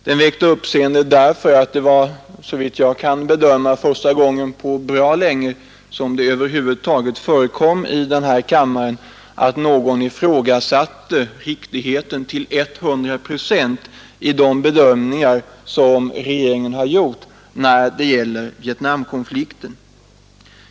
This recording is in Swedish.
Den väckte uppmärksamhet därför att det, såvitt jag kan finna, var första gången på bra länge som det över huvud taget förekom i den här kammaren att nägon ifrågasatte riktigheten till 100 procent av de bedömningar som regeringen har gjort när det gäller Vietnamkonflikten.